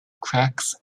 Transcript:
cracks